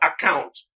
account